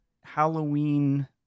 Halloween